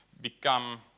become